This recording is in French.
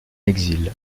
exil